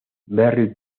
barry